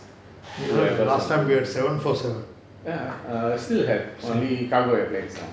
ya ya still have only cargo airplanes now